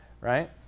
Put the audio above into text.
right